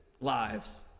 lives